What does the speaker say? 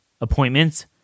appointments